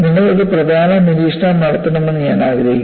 നിങ്ങൾ ഒരു പ്രധാന നിരീക്ഷണം നടത്തണമെന്ന് ഞാൻ ആഗ്രഹിക്കുന്നു